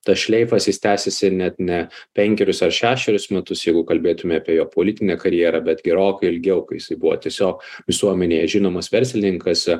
tas šleifas jis tęsiasi net ne penkerius ar šešerius metus jeigu kalbėtume apie jo politinę karjerą bet gerokai ilgiau kai jisai buvo tiesiog visuomenėje žinomas verslininkas